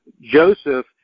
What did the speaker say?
Joseph